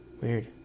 Weird